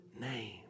name